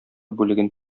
бүлеген